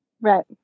Right